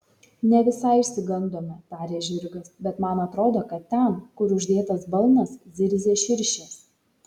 ne visai išsigandome tarė žirgas bet man atrodo kad ten kur uždėtas balnas zirzia širšės